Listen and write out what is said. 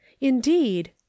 Indeed